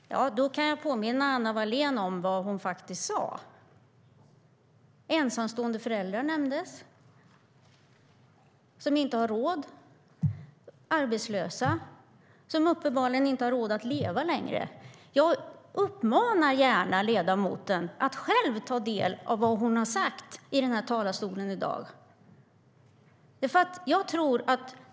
Herr ålderspresident! Då kan jag påminna Anna Wallén om vad hon faktiskt sa. Hon nämnde ensamstående föräldrar som inte har råd och arbetslösa som uppenbarligen inte längre har råd att leva. Jag uppmanar ledamoten att själv ta del av vad hon har sagt från talarstolen i dag.